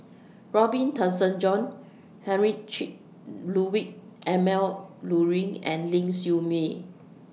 Robin Tessensohn Heinrich Ludwig Emil Luering and Ling Siew May